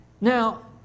Now